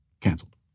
canceled